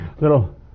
Little